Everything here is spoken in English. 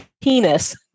penis